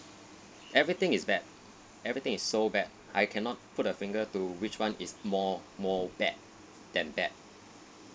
everything is bad everything is so bad I cannot put a finger to which [one] is more more bad than that